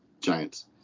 Giants